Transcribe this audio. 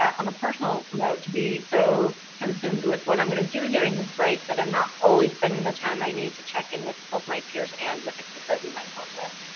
on a personal note, to be so consumed with what i'm going to do during this break, that i'm not always spending the time i need to check in with both my peers and with the kids that we might work with.